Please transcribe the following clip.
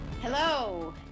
Hello